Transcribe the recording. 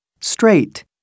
straight